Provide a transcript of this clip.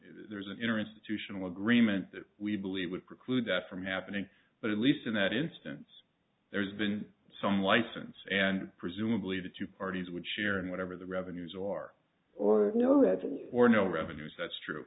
there's an inner institutional agreement that we believe would preclude that from happening but at least in that instance there's been some license and presumably the two parties would share in whatever the revenues are or know that or no revenues that's true